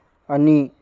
ꯑꯅꯤ